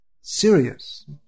serious